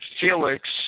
Felix